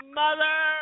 mother